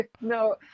No